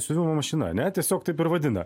siuvimo mašina ne tiesiog taip ir vadina